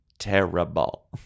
terrible